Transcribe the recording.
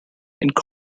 inc